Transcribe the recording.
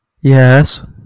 Yes